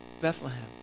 Bethlehem